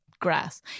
grass